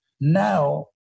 Now